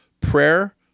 prayer